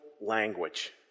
language